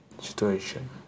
situation